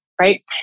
right